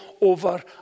over